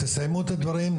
בבקשה תסיימו את הדברים,